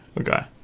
okay